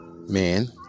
man